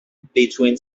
between